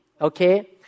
okay